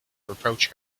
reproach